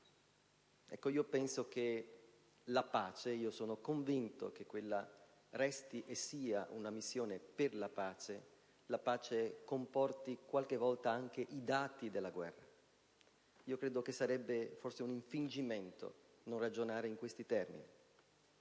Penso che la pace - sono convinto che quella sia e resti una missione per la pace - comporti qualche volta anche i dati della guerra. Credo che sarebbe un infingimento non ragionare in questi termini,